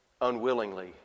unwillingly